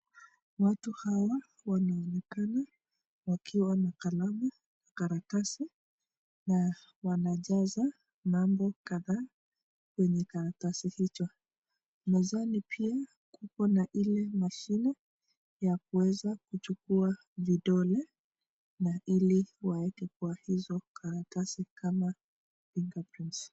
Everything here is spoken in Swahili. Watu hawa wanaonekana wakiwa na kalamu, karatasi na wanajaza mambo kadhaa kwenye karatasi hicho. Mezani pia kuko na ile mashine ya kuweza kuchukua vidole na ili waweke kwa hizo karatasi kama fingerprints .